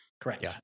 correct